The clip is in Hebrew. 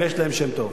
אם יש להם שם טוב.